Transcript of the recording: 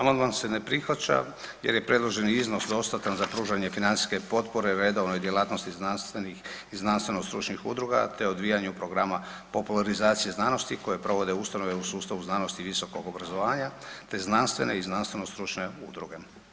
Amandman se ne prihvaća jer je predloženi iznos dostatan za pružanje financijske potpore u redovnoj djelatnosti znanstvenih i znanstvenostručnih udruga te odvijanju programa popularizacije znanosti koje provode ustanove u sustavu znanosti i visokog obrazovanja te znanstvene i znanstvenostručne udruge.